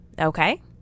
okay